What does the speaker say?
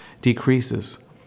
decreases